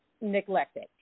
neglected